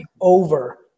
over